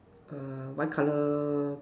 err white colour